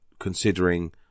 considering